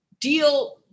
deal